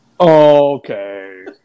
Okay